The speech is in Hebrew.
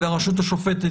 והרשות השופטת,